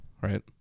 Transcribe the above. right